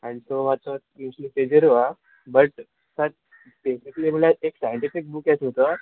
आनी सो मातसो दुसरी तेजेरू आं बट स्पेशली म्हळ्यार एक सायन्टिफीक बूक येसो न्हू तो